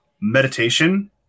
meditation